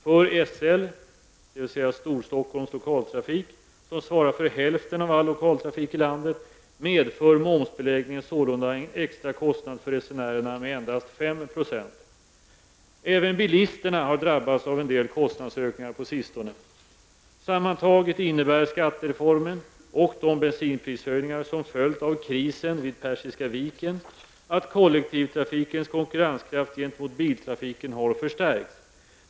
För SL, dvs. Storstockholms Lokaltrafik, som svarar för hälften av all lokaltrafik i landet, medför momsbeläggningen sålunda en extra kostnad för resenärerna med endast 5 %. Även bilisterna har drabbats av en del kostnadsökningar på sistone. Sammantaget innebär skattereformen och de bensinprishöjningar som följt av krisen vid Persiska viken att kollektivtrafikens konkurrenskraft gentemot biltrafiken har förstärkts.